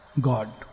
God